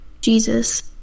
jesus